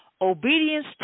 Obedience